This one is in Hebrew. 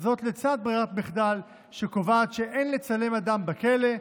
זאת לצד ברירת מחדל שקובעת שאין לצלם אדם בכלא,